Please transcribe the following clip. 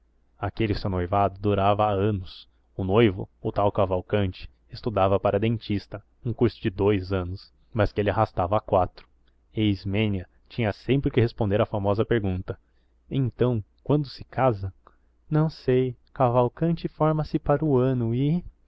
aquele seu noivado durava há anos o noivo o tal cavalcanti estudava para dentista um curso de dous anos mas que ele arrastava há quatro e ismênia tinha sempre que responder à famosa pergunta então quando se casa não sei cavalcanti forma se para o ano e